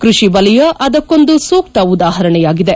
ಕೃಷಿ ವಲಯ ಅದಕ್ಕೊಂದು ಸೂಕ್ತ ಉದಾಹರಣೆಯಾಗಿದೆ